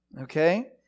Okay